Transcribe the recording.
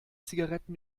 zigaretten